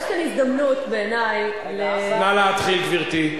יש כאן הזדמנות, בעיני, נא להתחיל, גברתי.